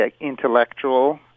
intellectual